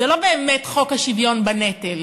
זה לא באמת "חוק השוויון בנטל"